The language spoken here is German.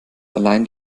allein